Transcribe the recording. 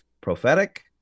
Prophetic